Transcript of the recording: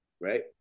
right